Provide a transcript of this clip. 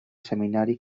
seminari